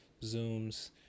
zooms